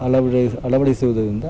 ಅಳವ್ರಿ ಅಳವಡಿಸುವುದರಿಂದ